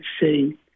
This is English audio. say